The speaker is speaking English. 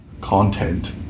content